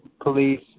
police